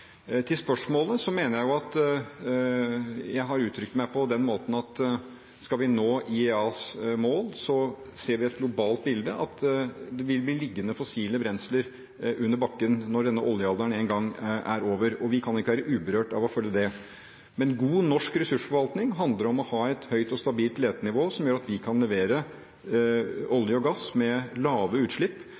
Til spørsmålet: Jeg mener jeg har uttrykt meg på den måten at skal vi nå IEAs mål, ser vi et globalt bilde, at det vil bli liggende fossile brensler under bakken når denne oljealderen en gang er over, og vi kan ikke være uberørt av å følge det. Men god norsk ressursforvaltning handler om å ha et høyt og stabilt letenivå som gjør at vi kan levere olje og gass med lave utslipp